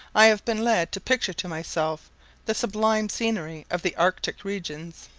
i have been led to picture to myself the sublime scenery of the arctic regions.